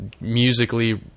musically